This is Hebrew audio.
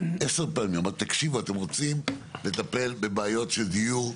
אמרתי, תקשיבו, אתם רוצים לטפל בבעיות של דיור?